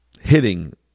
hitting